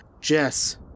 Jess